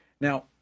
Now